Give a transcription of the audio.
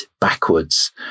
backwards